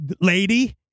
lady